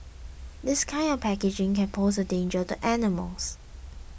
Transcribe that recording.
this kind of packaging can pose a danger to animals